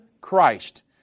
Christ